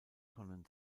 tonnen